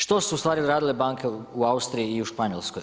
Što su u stvari radile banke u Austriji i u Španjolskoj?